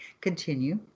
Continue